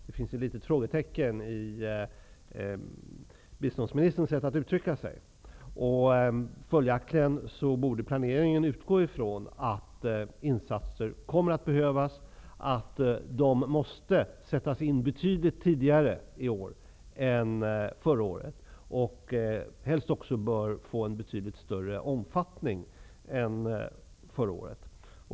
Det finns ett litet frågetecken i biståndsministerns sätt att uttrycka sig. Planeringen borde utgå från att insatser kommer att behövas och att de måste sättas in betydligt tidigare i år än förra året. Helst bör de också få en betydligt större omfattning än förra året.